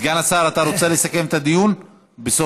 סגן השר, אתה רוצה לסכם את הדיון בסוף?